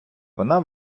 вона